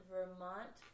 Vermont